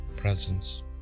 Presence